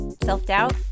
Self-doubt